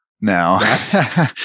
now